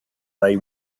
they